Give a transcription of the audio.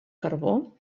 carbó